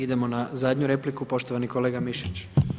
Idemo na zadnju repliku, poštovani kolega Mišić.